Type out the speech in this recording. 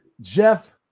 Jeff